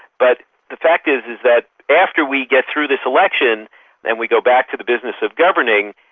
but the fact is is that after we get through this election and we go back to the business of governing,